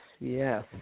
Yes